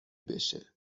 بشه